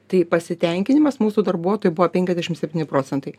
tai pasitenkinimas mūsų darbuotojų buvo penkiasdešim septyni procentai